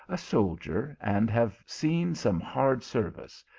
a soldier, and have seen some hard service,